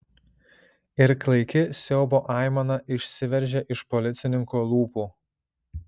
ir klaiki siaubo aimana išsiveržė iš policininko lūpų